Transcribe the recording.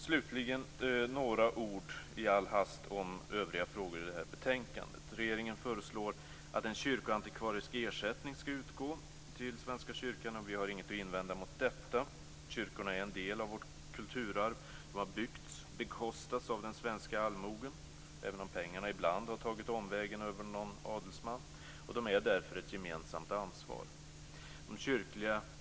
Slutligen några ord i all hast om övriga frågor i detta betänkande. Regeringen föreslår att en kyrkoantikvarisk ersättning skall utgå till Svenska kyrkan. Vi har inget att invända mot detta. Våra kyrkor är en del av vårt kulturarv. De har byggts och bekostats av den svenska allmogen, även om pengarna ibland har tagit omvägen över någon adelsman, och de är därför ett gemensamt ansvar.